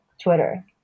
twitter